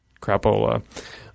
crapola